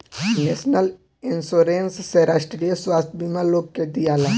national insurance से राष्ट्रीय स्वास्थ्य बीमा लोग के दियाला